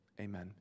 Amen